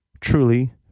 truly